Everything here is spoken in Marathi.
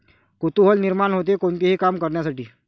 कुतूहल निर्माण होते, कोणतेही काम करण्यासाठी